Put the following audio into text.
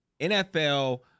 NFL